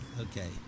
Okay